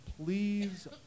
Please